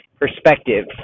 perspective